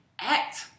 act